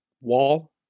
wall